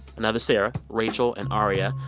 another sarah, rachel, and aria,